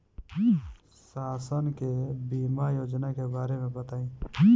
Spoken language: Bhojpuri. शासन के बीमा योजना के बारे में बताईं?